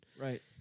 Right